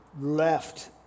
left